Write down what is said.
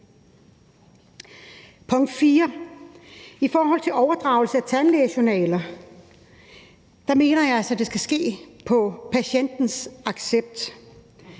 Punkt 4 om overdragelse af tandlægejournaler: Der mener jeg altså, at det skal ske med patientens accept.